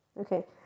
Okay